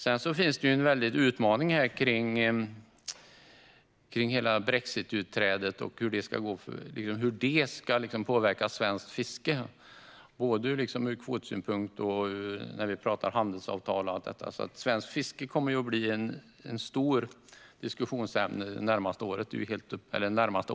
Det finns även en väldig utmaning kring brexit och hur utträdet ska påverka svenskt fiske, både ur kvotsynpunkt och när vi pratar handelsavtal. Svenskt fiske kommer att bli ett stort diskussionsämne de närmaste åren. Fru talman!